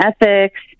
ethics